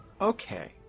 Okay